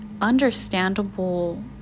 understandable